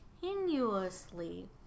continuously